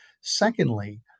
Secondly